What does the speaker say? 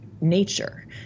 nature